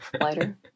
lighter